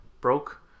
broke